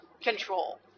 control